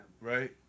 Right